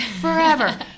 forever